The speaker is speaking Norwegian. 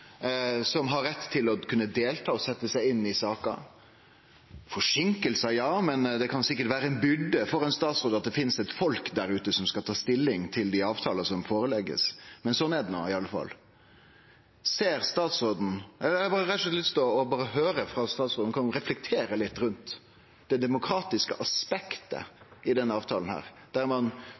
som har rett til å kunne delta og setje seg inn i saker. Forseinkingar, ja – det kan sikkert vere ei byrde for ein statsråd at det finst eit folk der ute som skal ta stilling til dei avtalane som blir lagde fram, men sånn er det no i alle fall. Eg har rett og slett lyst til å høyre om statsråden kan reflektere litt rundt det demokratiske aspektet i denne avtalen, der